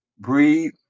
Breathe